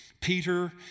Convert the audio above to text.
Peter